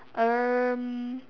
um